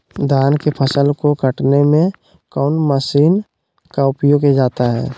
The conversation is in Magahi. धान के फसल को कटने में कौन माशिन का उपयोग किया जाता है?